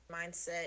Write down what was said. mindset